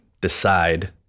decide